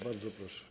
Bardzo proszę.